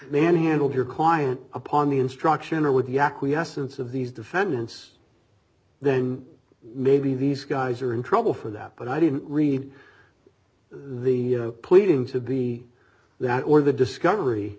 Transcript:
manhandled your client upon the instruction or with the acquiescence of these defendants then maybe these guys are in trouble for that but i didn't read the pleading to be that or the discovery